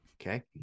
Okay